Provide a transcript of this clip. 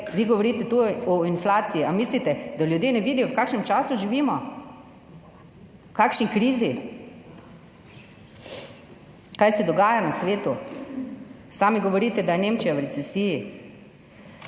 Vi govorite tu o inflaciji. Ali mislite, da ljudje ne vidijo, v kakšnem času živimo, v kakšni krizi, kaj se dogaja na svetu? Sami govorite, da je Nemčija v recesiji.